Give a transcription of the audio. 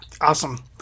Awesome